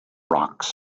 rocks